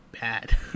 bad